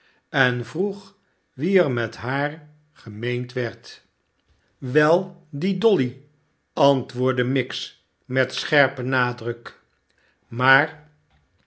en vroeg wie er met haar gemeend werd wei die dolly antwoordde miggs met scherpen nadruk smaar